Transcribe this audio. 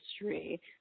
history